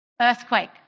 Earthquake